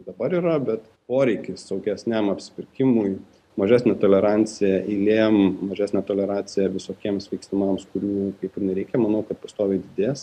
dabar yra bet poreikis saugesniam apsipirkimui mažesnė tolerancija eilėm mažesnė tolerancija visokiems veiksmams kurių kaip ir nereikia manau kad pastoviai didės